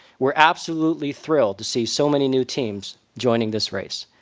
we're absolutely thrilled to see so many new teams joining this race.